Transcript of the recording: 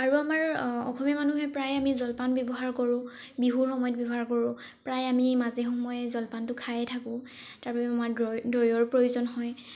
আৰু আমাৰ অসমীয়া মানুহে প্ৰায় আমি জলপান ব্যৱহাৰ কৰো বিহুৰ সময়ত ব্যৱহাৰ কৰো প্ৰায় আমি মাজে সময়ে জলপানটো খায়ে থাকো তাৰবাবে আমাৰ দৈ দৈয়ৰ প্ৰয়োজন হয়